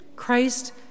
Christ